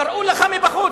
קראו לך מבחוץ,